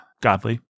godly